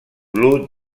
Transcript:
blue